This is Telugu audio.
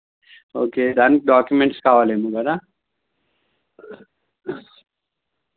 ఓకే దానికి డాక్యుమెంట్స్ కావాల ఏమో కదా